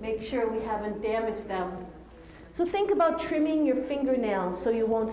make sure we have a damage so think about trimming your fingernails so you won't